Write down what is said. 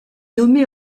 nommé